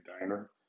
Diner